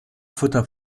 futter